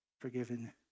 forgiven